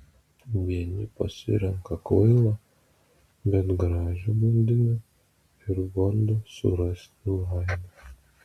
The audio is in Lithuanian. vieni pasirenka kvailą bet gražią blondinę ir bando surasti laimę